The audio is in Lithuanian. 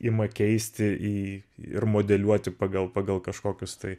ima keisti į ir modeliuoti pagal pagal kažkokius tai